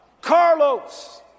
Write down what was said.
Carlos